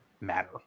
matter